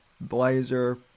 blazer